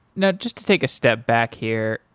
now, just take a step back here.